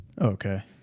Okay